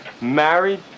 Married